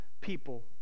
people